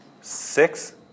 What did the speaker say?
Six